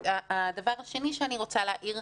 הדבר השני שאני רוצה להעיר,